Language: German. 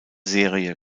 serie